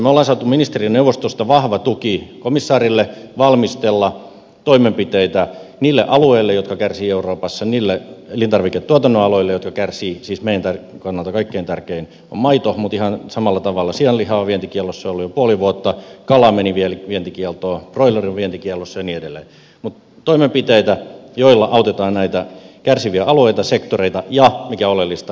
me olemme saaneet ministerineuvostosta vahvan tuen komissaarille valmistella toimenpiteitä niille alueille jotka kärsivät euroopassa niille elintarviketuotannon aloille jotka kärsivät siis meidän kannaltamme kaikkein tärkein on maito mutta ihan samalla tavalla sianliha on vientikiellossa ollut jo puoli vuotta kala meni vientikieltoon broileri on vientikiellossa ja niin edelleen ja näillä toimenpiteillä autetaan näitä kärsiviä alueita sektoreita ja mikä oleellisinta myös tuottajia